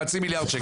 חצי מיליארד שקל.